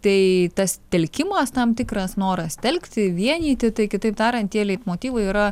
tai tas telkimas tam tikras noras telkti vienyti tai kitaip tariant tie leitmotyvai yra